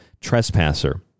trespasser